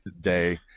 day